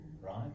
right